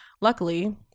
Luckily